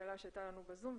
תקלה שהייתה בזום.